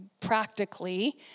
practically